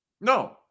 No